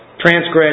Transgression